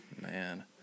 Man